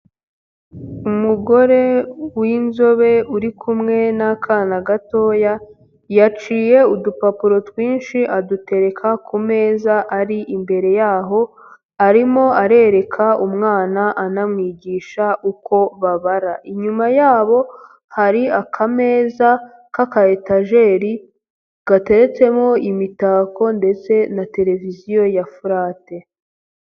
Umugore w'inzobe uri kumwe n'akana gatoya, yaciye udupapuro twinshi adutereka ku meza ari imbere yaho, arimo arereka umwana anamwigisha uko babara, inyuma yabo hari akameza k'aka etajeri gateretsemo imitako ndetse na televiziyo ya furate.